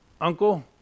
uncle